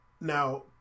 Now